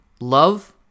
love